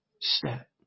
step